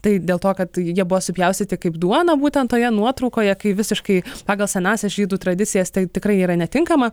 tai dėl to kad jie buvo supjaustyti kaip duona būtent toje nuotraukoje kai visiškai pagal senąsias žydų tradicijas tai tikrai yra netinkama